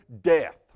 death